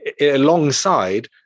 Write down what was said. alongside